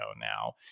now